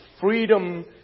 Freedom